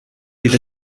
bydd